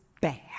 bad